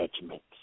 judgments